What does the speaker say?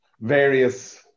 various